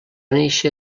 néixer